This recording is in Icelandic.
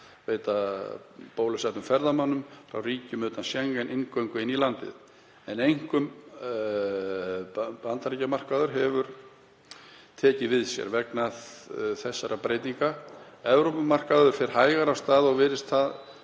bólusettum ferðamönnum frá ríkjum utan Schengen inngöngu inn í landið, en einkum hefur Bandaríkjamarkaður tekið við sér vegna þessara breytinga. Evrópumarkaður fer hægar af stað og virðist nær